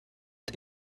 het